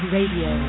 Radio